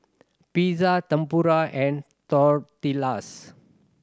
Pizza Tempura and Tortillas